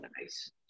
nice